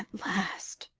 last,